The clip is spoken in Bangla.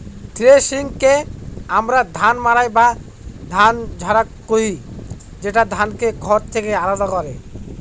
থ্রেশিংকে আমরা ধান মাড়াই বা ধান ঝাড়া কহি, যেটা ধানকে খড় থেকে আলাদা করে